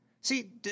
See